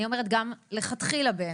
אני אומרת גם לכתחילה בעייני,